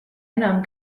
enam